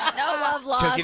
no love lost.